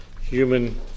human